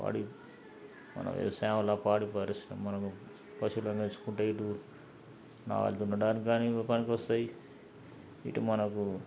పాడి మన వ్యవసాయంలో పాడి పరిశ్రమ మనము పశువులను పెంచుకుంటే ఇటు నాగలి దున్నడానికి కూడా పనికొస్తాయి ఇటు మనకు